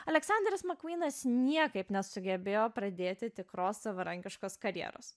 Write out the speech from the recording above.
aleksandras makūnas niekaip nesugebėjo pradėti tikros savarankiškos karjeros